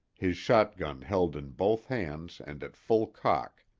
his shotgun held in both hands and at full cock,